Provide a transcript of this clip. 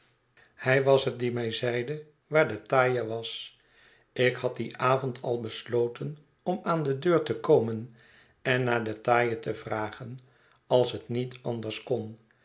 hij was het die mij zeide waar de taaie was ik had dien avond al hesloten om aan de deur te komen en naar den taaie te vragen als het niet anders kon